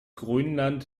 grönland